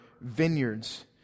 vineyards